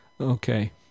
okay